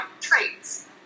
traits